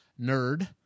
nerd